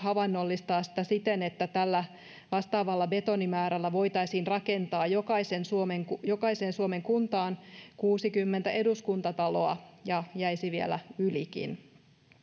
havainnollistetaan sitä siten että tällä vastaavalla betonimäärällä voitaisiin rakentaa jokaiseen suomen jokaiseen suomen kuntaan kuusikymmentä eduskuntataloa ja jäisi vielä ylikin